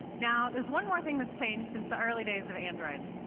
now, there's one more thing that's changed since the early days of android.